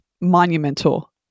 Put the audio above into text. monumental